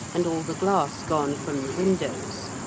and all the glass gone from the windows.